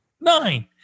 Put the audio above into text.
Nine